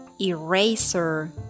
Eraser